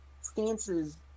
stances